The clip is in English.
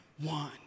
One